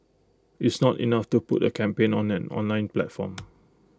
it's not enough to put A campaign on an online platform